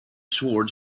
sword